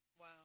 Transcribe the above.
Wow